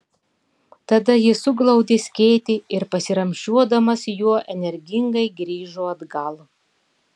tada jis suglaudė skėtį ir pasiramsčiuodamas juo energingai grįžo atgal